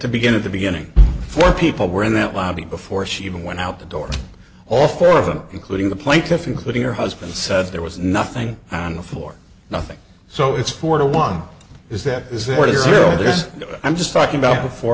to begin at the beginning four people were in that lobby before she even went out the door all four of them including the plaintiff including her husband said there was nothing on the floor nothing so it's four to one is that is what is real there is i'm just talking about before